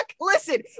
Listen